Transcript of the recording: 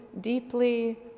deeply